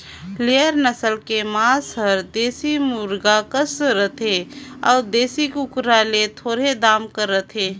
layer नसल के मांस हर देसी मुरगा कस रथे अउ देसी कुकरा ले थोरहें दाम रहथे